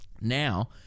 now